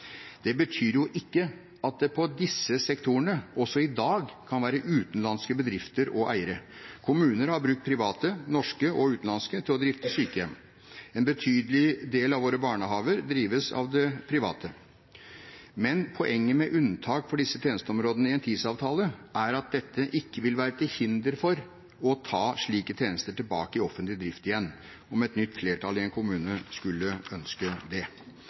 Det betyr jo ikke at det i disse sektorene – også i dag – ikke kan være utenlandske bedrifter og eiere. Kommuner har brukt private – norske og utenlandske – til å drifte sykehjem. En betydelig del av våre barnehager drives av det private. Men poenget med unntak for disse tjenesteområdene i en TISA-avtale er at dette ikke vil være til hinder for å ta slike tjenester tilbake i offentlig drift igjen, om et nytt flertall i en kommune skulle ønske det.